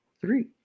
three